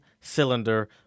cylinder